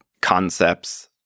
concepts